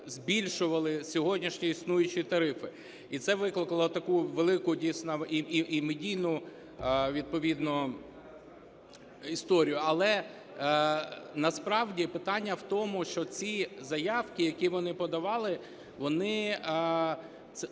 збільшували сьогоднішні існуючі тарифи. І це викликало таку велику, дійсно, і медійну відповідно історію. Але насправді питання в тому, що ці заявки, які вони подавали, вони